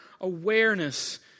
awareness